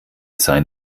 sein